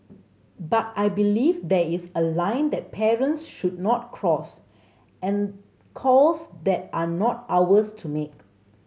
but I believe there is a line that parents should not cross and calls that are not ours to make